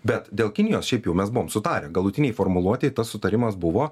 bet dėl kinijos šiaip jau mes buvom sutarę galutinėj formuluotėj tas sutarimas buvo